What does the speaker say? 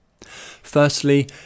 Firstly